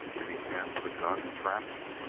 any hand with a gun and traps?